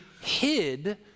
hid